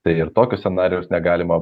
tai ir tokio scenarijaus negalima